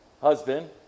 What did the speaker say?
husband